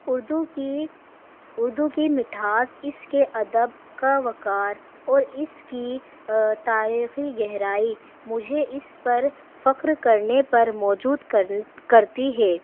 اردو کی اردو کی مٹھاس اس کے ادب کا وقار اور اس کی تاریخی گہرائی مجھے اس پر فخر کرنے پر موجود کر کرتی ہے